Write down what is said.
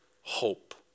hope